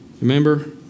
remember